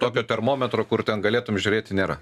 tokio termometro kur ten galėtum žiūrėti nėra